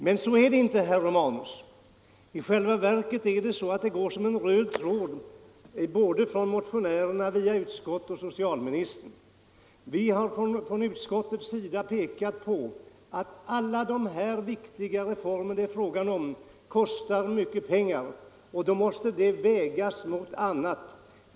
Men så är det 83 inte, herr Romanus, i själva verket går en röd tråd från motionärerna via utskottet och socialministern. Vi har från utskottets sida pekat på att alla de viktiga reformer det här är fråga om kostar mycket pengar och det måste vägas mot andra behov.